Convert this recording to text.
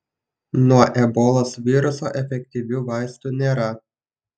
nuo ebolos viruso efektyvių vaistų nėra